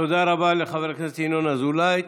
תודה רבה לחבר הכנסת ינון אזולאי.